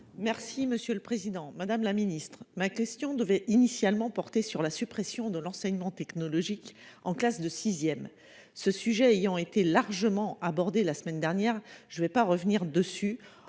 Merci monsieur le président, madame la ministre ma question devait initialement porter sur la suppression de l'enseignement technologique, en classe de 6e ce sujet ayant été largement abordé la semaine dernière, je ne vais pas revenir dessus.